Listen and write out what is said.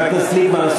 ליפמן.